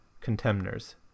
contemners